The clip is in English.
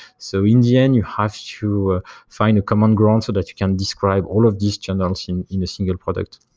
so in the end, you have to find a common ground so that you can describe all of these channels in in a single product.